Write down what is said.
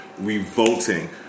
revolting